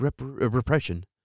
repression